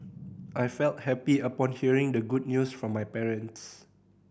I felt happy upon hearing the good news from my parents